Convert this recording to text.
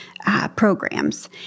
programs